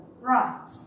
right